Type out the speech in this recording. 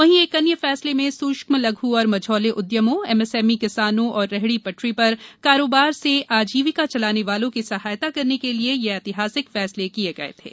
वहीं एक अन्य फैसले में सूक्ष्म लघ् और मझोले उद्यमों एमएसएमई किसानों और रेहड़ी पटरी पर कारोबार से आजीविका चलाने वालों की सहायता करने के लिए ये ऐतिहासिक फैसले किए गए थे